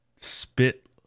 spit